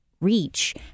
reach